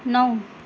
नौ